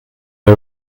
the